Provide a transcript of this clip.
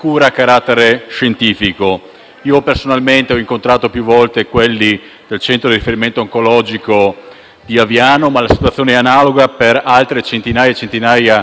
Personalmente ho incontrato più volte quelli del Centro di riferimento oncologico di Aviano, ma la situazione è analoga per altre centinaia e centinaia di professionisti precari,